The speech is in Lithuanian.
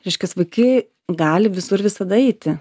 reiškias vaikai gali visur visada eiti